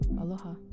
Aloha